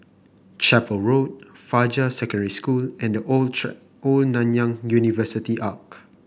Chapel Road Fajar Secondary School and The Old Old Nanyang University Arch